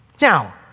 Now